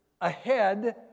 ahead